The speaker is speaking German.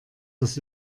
das